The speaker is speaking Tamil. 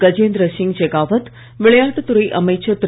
கஜேந்திர சிங் ஷெகாவத் விளையாட்டுத் துறை அமைச்சர் திரு